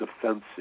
defensive